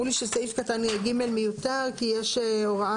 אמרו לי שסעיף קטן (ג) מיותר כי יש הוראה